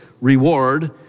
reward